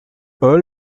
hall